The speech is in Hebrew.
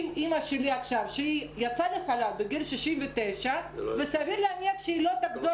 אמא שלי עכשיו שהיא יצאה לחל"ת בגיל 69 וסביר להניח שהיא לא תחזור